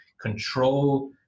control